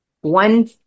one